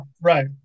right